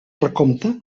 recompte